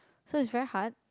so it's very hard